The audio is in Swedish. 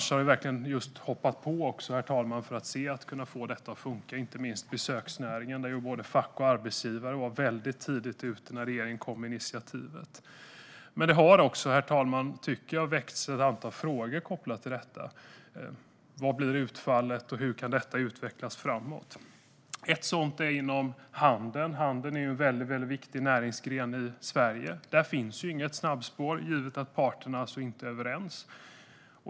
Flera branscher har hoppat på detta för att se om man kan få det att funka. Det gäller inte minst besöksnäringen, där både fack och arbetsgivare var tidigt ute när regeringen kom med initiativet. Jag tycker dock, herr talman, att det också har väckts ett antal frågor kopplat till detta: Vad blir utfallet, och hur kan detta utvecklas framåt? Ett exempel är handeln. Handeln är en viktig näringsgren i Sverige. Där finns inget snabbspår eftersom parterna inte är överens.